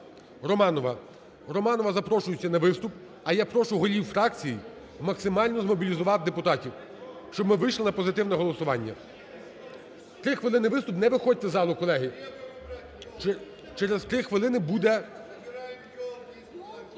Романова запрошується на виступ. А я прошу голів фракцій максимально змобілізувати депутатів, щоб ми вийшли на позитивне голосування. 3 хвилини – виступ. Не виходьте з залу, колеги. Через 3 хвилини буде…